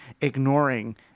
ignoring